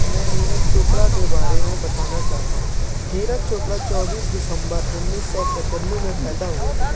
میں نیرج چوپڑا کے بارے میں بتانا چاہتا ہوں نیرج چوپڑا چوبیس دسمبر انیس سو ستانوے میں پیدا ہوئے تھے